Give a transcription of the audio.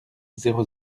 zéro